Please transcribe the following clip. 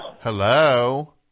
Hello